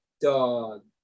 dog